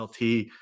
LT